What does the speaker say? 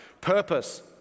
Purpose